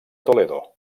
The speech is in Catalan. toledo